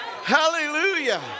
hallelujah